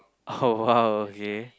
oh !wow! okay